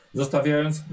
zostawiając